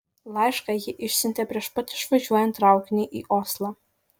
laišką ji išsiuntė prieš pat išvažiuojant traukiniui į oslą